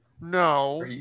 No